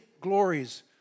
glories